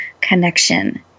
connection